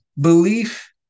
belief